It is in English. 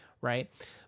right